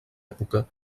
època